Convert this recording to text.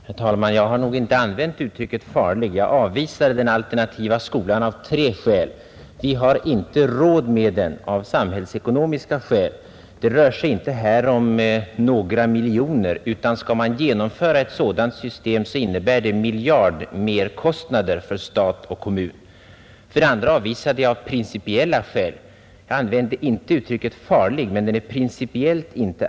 Herr talman! Jag har nog inte använt uttrycket ”farlig”. Jag avvisade den alternativa skolan av tre skäl. För det första har vi inte råd med den av samhällsekonomiska skäl. Det rör sig här inte om några miljoner kronor, utan skall man genomföra ett sådant system innebär det merkostnader av miljardstorlek för stat och kommun. För det andra avvisade jag den alternativa skolan av principiella skäl.